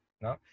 no